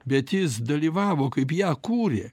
bet jis dalyvavo kaip ją kūrė